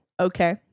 Okay